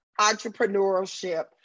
entrepreneurship